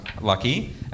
lucky